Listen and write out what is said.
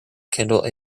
kindle